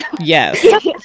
Yes